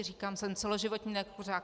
Říkám, jsem celoživotní nekuřák.